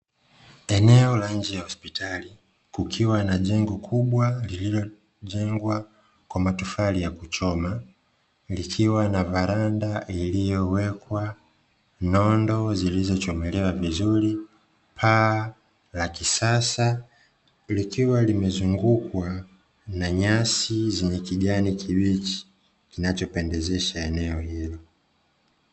Eneo la nje ya hospitali kukiwa na Jango kubwa lililojengwa kwa matofali ya kuchoma, likiwa na varanda iliyowekwa nondo zilizochomelewa vizuri paa la kisasa likiwa, limezungukwa na nyasi zenye kijani kibichi kinachopendezesha eneo hilo.